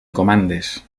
comandes